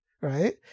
Right